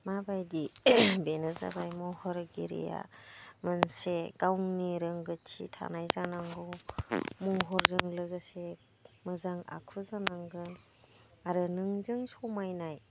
माबायदि बेनो जाबाय महर गिरिया मोनसे गावनि रोंगौथि थानाय जानांगौ महरजों लोगोसे मोजां आखु जानांगोन आरो नोंजों समायनाय